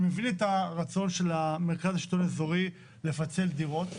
אני מבין את הרצון של המרכז של לשלטון אזורי לפצל דירות.